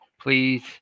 please